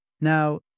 Now